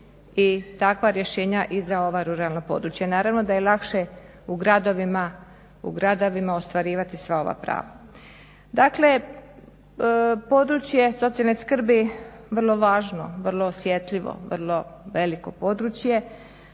i takva rješenja i za ova ruralna područja. Naravno da je lakše u gradovima ostvarivati sva ova prava. Dakle, područje socijalne skrbi vrlo važno, vrlo osjetljivo, vrlo veliko područje.